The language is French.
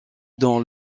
dans